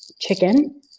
chicken